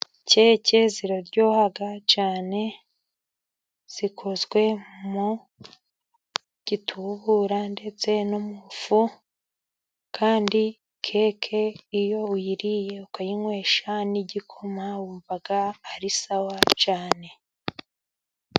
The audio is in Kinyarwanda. Keke ziraryoha cyane, zikozwe mu gitubura ndetse no mu ifu, kandi keke iyo uyiriye ukayinywesha n'igikoma wumva ari sawa cyane.